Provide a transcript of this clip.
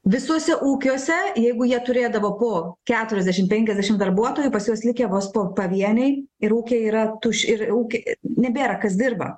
visuose ūkiuose jeigu jie turėdavo po keturiasdešim penkiasdešim darbuotojų pas juos likę vos po pavieniai ir ūkiai yra tuš ir ūky nebėra kas dirba